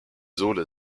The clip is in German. sohle